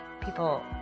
people